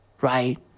right